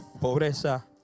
pobreza